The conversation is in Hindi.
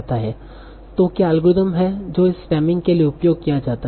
तो क्या एल्गोरिथ्म है जो इस स्टेमिंग के लिए उपयोग किया जाता है